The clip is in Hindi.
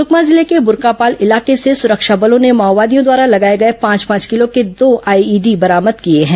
सुकमा जिले के बुरकापाल इलाके से सुरक्षा बलों ने माओवादियों द्वारा लगाए गए पांच पांच किलो के दो आईईडी बरामद किए हैं